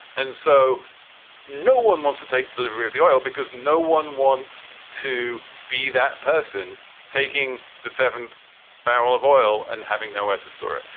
and so no one wants to take delivery of the oil because no one wants to be that person taking the seventh barrel of oil and having no way to store it.